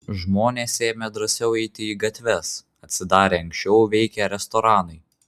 žmonės ėmė drąsiau eiti į gatves atsidarė anksčiau veikę restoranai